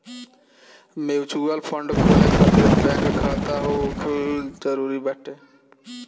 mutual fund खोले खातिर bank खाता होखल जरुरी बाटे